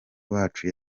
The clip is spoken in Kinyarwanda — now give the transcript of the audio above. uwacu